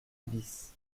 bis